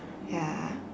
ya